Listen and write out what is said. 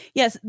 yes